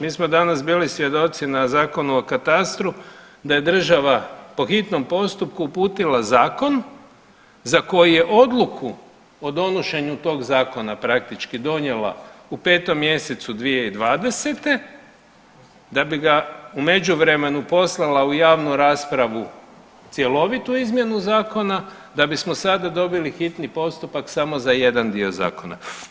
Mi smo danas bili svjedoci na Zakonu o katastru da je država po hitnom postupku uputila zakon za koji je odluku o donošenju tog zakona praktički donijela u 5 mjesecu 2020. da bi ga u međuvremenu poslala u javnu raspravu cjelovitu izmjenu zakona, da bismo sad dobili hitni postupak samo za jedan dio zakona.